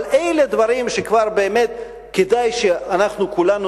אבל אלה דברים שכבר כדאי באמת שאנחנו כולנו